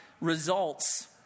results